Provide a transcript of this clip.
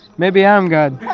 maybe i'm god.